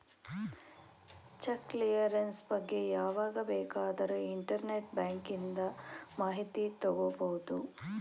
check clearance ಬಗ್ಗೆ ಯಾವಾಗ ಬೇಕಾದರೂ ಇಂಟರ್ನೆಟ್ ಬ್ಯಾಂಕಿಂದ ಮಾಹಿತಿ ತಗೋಬಹುದು